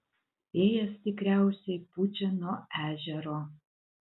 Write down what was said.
vėjas tikriausiai pučia nuo ežero